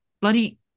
bloody